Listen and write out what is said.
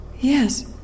Yes